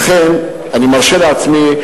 לכן אני מרשה לעצמי,